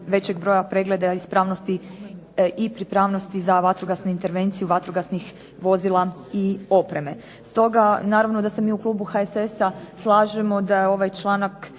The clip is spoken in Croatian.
većeg broja pregleda ispravnosti i pripravnosti za vatrogasnu intervenciju vatrogasnih vozila i opreme. Stoga naravno da se mi u klubu HSS-a slažemo da je ovaj članak